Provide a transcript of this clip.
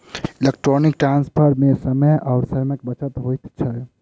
electronic transfer मे समय आ श्रमक बचत होइत छै